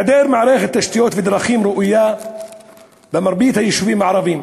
היעדר מערכת תשתיות ודרכים ראויה במרבית היישובים הערביים,